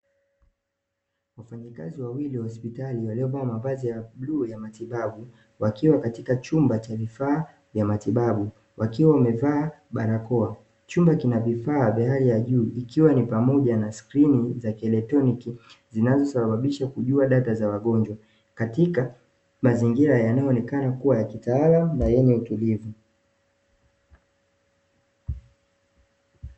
Wafanyakazi wawili wa hospitali waliovaa mavazi ya bluu ya matibabu wakiwa katika chumba cha vifaa vya matibabu wakiwa wamevaa barakoa. Chumba kina vifaa vya hali ya huu ikiwa ni pamoja na skrini za kielektroniki zinazosababisha kujua data za wagonjwa katika mazingira yanayoonekana kuwa ya kitaalamu na yenye utulivu.